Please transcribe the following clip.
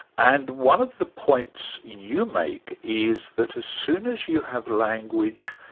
and one of the points you make is that as soon as you have language,